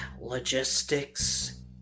logistics